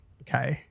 Okay